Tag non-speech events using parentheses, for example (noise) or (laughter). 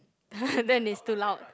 (laughs) then it's too loud